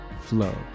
flow